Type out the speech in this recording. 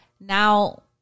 Now